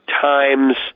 times